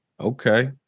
Okay